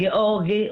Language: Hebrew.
גיאורגי,